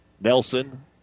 Nelson